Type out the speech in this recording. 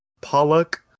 Pollock